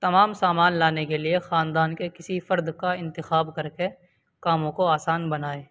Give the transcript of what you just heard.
تمام سامان لانے کے لیے خاندان کے کسی فرد کا انتخاب کر کے کاموں کو آسان بنائیں